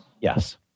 Yes